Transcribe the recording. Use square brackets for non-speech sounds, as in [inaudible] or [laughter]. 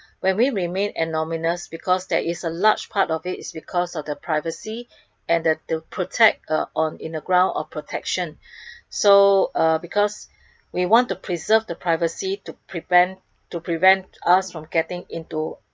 [breath] when we remain anonymous because there is a large part of it is because of the privacy [breath] and that to protect uh on in a ground of protection [breath] so uh because we want to preserve the privacy to prevent to prevent us from getting into